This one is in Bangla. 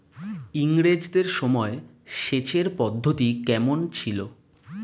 ইঙরেজদের সময় সেচের পদ্ধতি কমন ছিল?